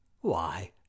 Why